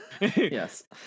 Yes